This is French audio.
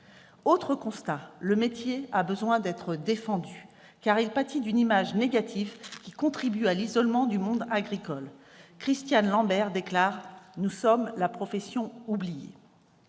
Autre constat :« Le métier a besoin d'être défendu », car il pâtit d'une image négative qui contribue à l'isolement du monde agricole. Christiane Lambert déclare encore :« Nous sommes la profession oubliée »